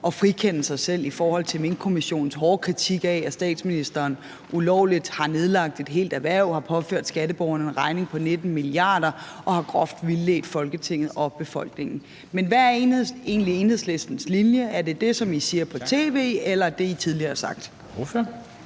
at frikende sig selv i forhold til Minkkommissionens hårde kritik af, at statsministeren ulovligt har nedlagt et helt erhverv og har påført skatteborgerne en regning på 19 mia. kr. og groft har vildledt Folketinget og befolkningen. Men hvad er egentlig Enhedslistens linje? Er det dét, som I siger på tv, eller dét, I tidligere har sagt?